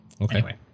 Okay